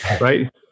right